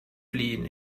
fliehen